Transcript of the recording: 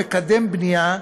ומקדם בנייה,